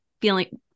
Feeling